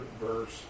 verse